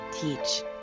Teach